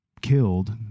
killed